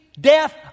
death